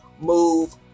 move